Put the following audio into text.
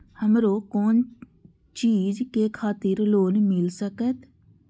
हमरो कोन चीज के खातिर लोन मिल संकेत?